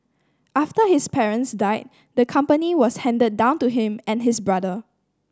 after his parents died the company was handed down to him and his brother